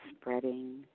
spreading